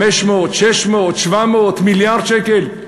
500, 600, 700, מיליארד שקל?